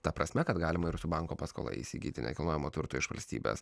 ta prasme kad galima ir su banko paskola įsigyti nekilnojamo turto iš valstybės